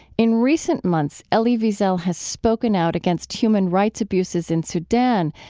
in recent months, elie wiesel has spoken out against human rights abuses in sudan,